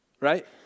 Right